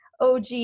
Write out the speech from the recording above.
OG